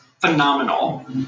phenomenal